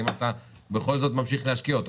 האם אתה בכל זאת ממשיך להשקיע אותו?